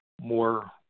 more